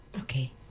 Okay